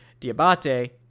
Diabate